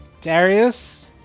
Darius